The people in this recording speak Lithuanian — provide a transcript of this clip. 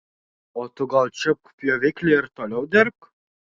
o tu gal čiupk pjoviklį ir toliau dirbk